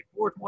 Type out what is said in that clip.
420